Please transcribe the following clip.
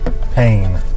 pain